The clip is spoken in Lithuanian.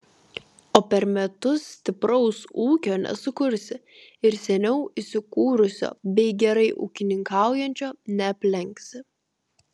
o per metus stipraus ūkio nesukursi ir seniau įsikūrusio bei gerai ūkininkaujančio neaplenksi